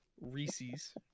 Reese's